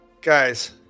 Guys